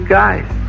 guys